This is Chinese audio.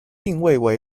定位